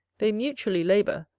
they mutually labour,